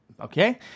okay